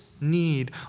need